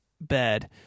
Bed